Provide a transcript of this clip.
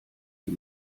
sie